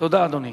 תודה, אדוני.